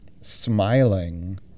smiling